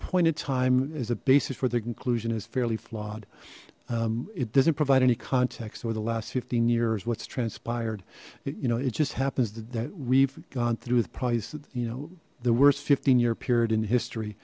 point of time as a basis for the conclusion is fairly flawed it doesn't provide any context over the last fifteen years what's transpired you know it just happens that we've gone through with price that you know the worst fifteen year period in history